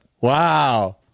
Wow